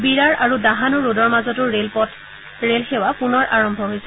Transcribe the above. বীৰাৰ আৰু দাহানু ৰোডৰ মাজতো ৰেল সেৱা পুনৰ আৰম্ভ হৈছে